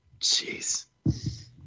jeez